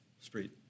Street